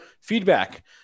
feedback